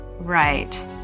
Right